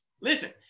listen